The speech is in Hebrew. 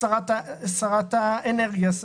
לשרת האנרגיה,